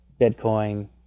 Bitcoin